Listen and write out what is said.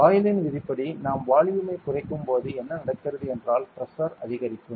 Boleyn விதியின்படி நாம் volume ஐ குறைக்கும்போது என்ன நடக்கிறது என்றால் பிரஷர் அதிகரிக்கும்